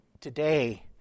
today